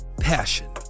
Passion